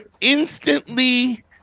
instantly